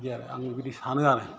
बिदि आरो आं बिदि सानो आरो